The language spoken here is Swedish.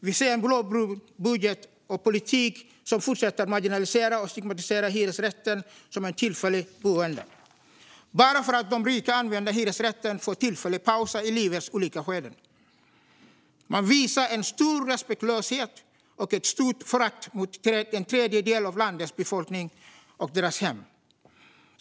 Vi ser en blåbrun budget och politik som fortsätter att marginalisera och stigmatisera hyresrätten som ett tillfälligt boende, bara för att de rika använder hyresrätten för tillfälliga pauser i livets olika skeden. Man visar stor respektlöshet och stort förakt mot en tredjedel av landets befolkning och deras hem.